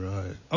Right